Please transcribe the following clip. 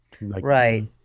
right